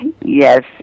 Yes